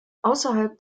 außerhalb